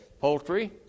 poultry